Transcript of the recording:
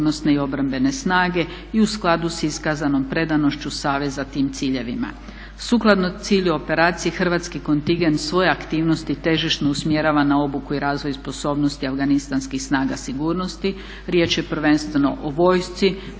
hrvatski kontigent svoje aktivnosti težišno usmjerava na obuku i razvoj sposobnosti afganistanskih snaga sigurnosti. Riječ je prvenstveno o vojsci,